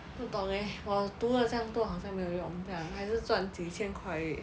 不懂 eh 我读了这样多好像没有用这样还是赚几千块而已